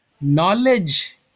knowledge